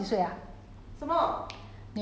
okay retire that's a good thing